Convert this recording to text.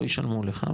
לא ישלמו לך,